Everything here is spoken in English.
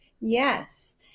Yes